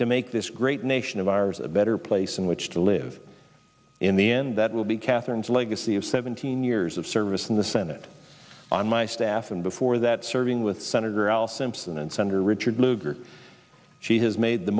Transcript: to make this great nation of ours a better place in which to live in the end that will be katherine's legacy of seventeen years of service in the senate on my staff and before that serving with sen al simpson and senator richard lugar she has made the